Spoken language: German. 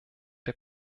der